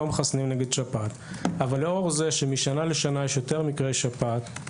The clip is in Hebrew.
נגד שפעת אבל לאור זה שמשנה לשנה יש יותר מקרי שפעת,